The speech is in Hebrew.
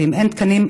ואם אין תקנים,